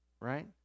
Right